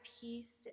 peace